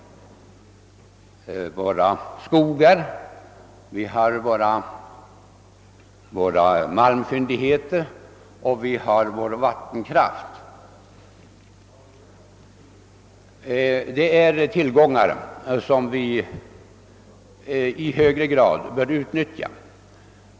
Våra skogar, våra malmfyndigheter och vår vattenkraft är tillgångar som vi i högre grad än för närvarande bör utnyttja.